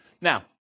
Now